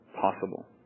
possible